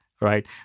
Right